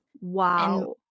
Wow